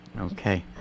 Okay